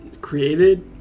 created